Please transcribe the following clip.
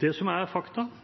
Det som er fakta –